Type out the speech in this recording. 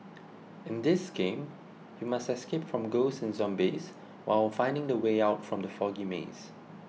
in this game you must escape from ghosts and zombies while finding the way out from the foggy maze